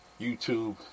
YouTube